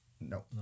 No